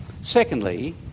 Secondly